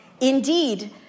Indeed